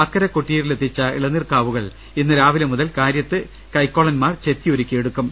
അക്കരെ കൊട്ടിയൂരിലെത്തിച്ച ഇളനീർ കാവുകൾ ഇന്ന് രാവിലെ മുതൽ കാര്യത്ത് കൈക്കോളന്മാർ ചെത്തിയൊരുക്കി എടുക്കും